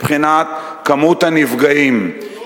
מבחינת כמות הנפגעים תאונות דרכים.